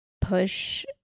push